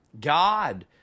God